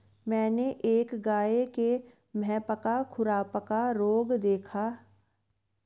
मैंने एक गाय के मुहपका खुरपका रोग हुए देखा था